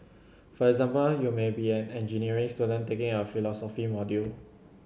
for example you may be an engineering student taking a philosophy module